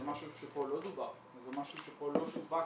זה משהו שפה לא דובר וזה משהו שפה לא שווק